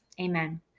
Amen